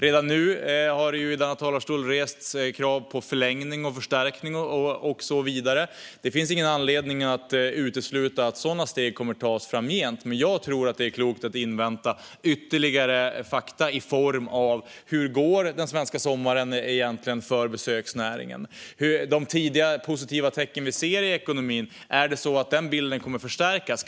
Redan nu har det i denna talarstol ställts krav på förlängning, förstärkning och så vidare. Det finns ingen anledning att utesluta att sådana steg kommer att tas framgent, men jag tror att det är klokt att invänta ytterligare fakta i form av hur det egentligen kommer att gå för besöksnäringen under den svenska sommaren. Är det så att den bild av tidiga positiva tecken som vi ser i ekonomin kommer att förstärkas?